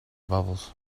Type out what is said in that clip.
bubbles